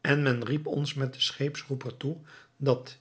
en men riep ons met den scheepsroeper toe dat